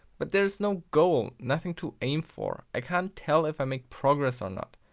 but there is no goal. nothing to aim for, i can't tell if i make progress or not.